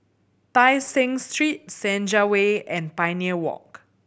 Tai Seng Street Senja Way and Pioneer Walk